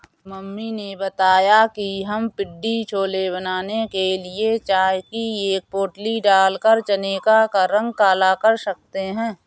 mummy ने बताया कि हम पिण्डी छोले बनाने के लिए चाय की एक पोटली डालकर चने का रंग काला कर सकते हैं